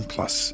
Plus